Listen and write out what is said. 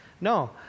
No